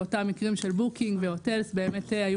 באותם מקרים של בוקינג והוטלס היו